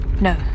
No